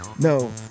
No